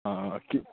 অঁ কি